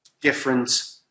different